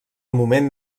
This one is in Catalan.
moment